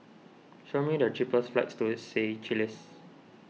show me the cheapest flights to Seychelles